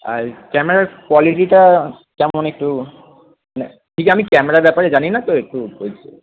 আর ক্যামেরার কোয়ালিটিটা কেমন একটু মানে ঠিক আমি ক্যামেরার ব্যাপারে জানি না তো একটু বলছি